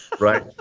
Right